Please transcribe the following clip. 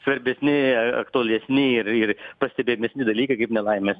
svarbesni aktualesni ir pastebimesni dalykai kaip nelaimės